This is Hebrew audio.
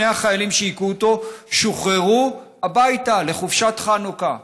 שני החיילים שהכו אותו שוחררו הביתה לחופשת חנוכה,